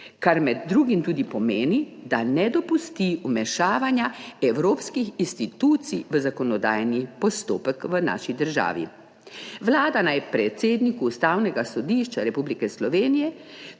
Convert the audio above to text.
kar med drugim tudi pomeni, da ne dopusti vmešavanja evropskih institucij v zakonodajni postopek v naši državi. Vlada naj predsedniku Ustavnega sodišča Republike Slovenije